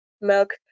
Milk